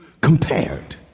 compared